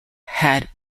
had